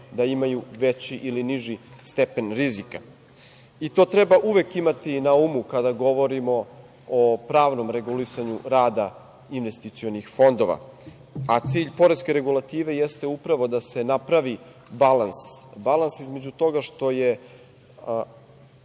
da imaju veći ili niži stepen rizika. I to treba uvek imati na umu kada govorimo o pravnom regulisanju rada investicionih fondova. A, cilj poreske regulative jeste upravo da se napravi balans, balans između toga što je